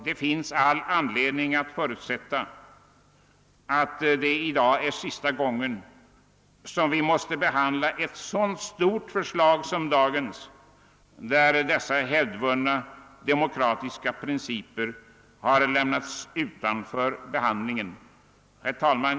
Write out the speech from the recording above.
Det finns all anledning att förutsätta att detta är sista gången som vi måste behandla ett så stort förslag som det som nu föreligger, vid vars behandling denna hävdvunna demokratiska princip så till den grad har åsidosatts. Herr talman!